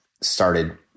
started